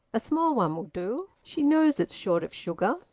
a small one will do. she knows it's short of sugar,